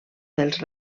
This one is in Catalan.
dels